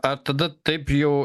ar tada taip jau